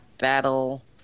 Battle